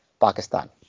Pakistan